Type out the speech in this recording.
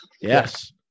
Yes